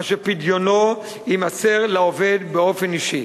אשר פדיונו יימסר לעובד באופן אישי.